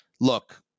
look